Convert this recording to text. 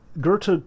Goethe